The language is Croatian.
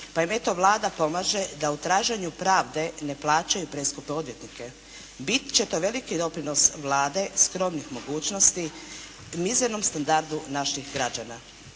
pa im eto Vlada pomaže da u traženju pravde ne plaćaju preskupe odvjetnike. Bit će to veliki doprinos Vlade skromnih mogućnosti mizernom standardu naših građana.